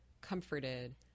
comforted